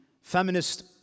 feminist